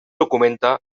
documenta